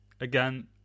Again